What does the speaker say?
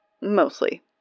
mostly